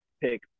pick